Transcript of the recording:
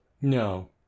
No